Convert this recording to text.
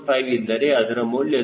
5 ಇದ್ದರೆ ಅದರ ಮೌಲ್ಯ 0